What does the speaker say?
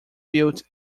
built